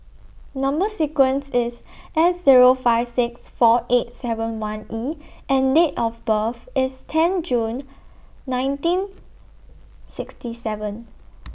Number sequence IS S Zero five six four eight seven one E and Date of birth IS ten June nineteen sixty seven